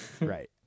Right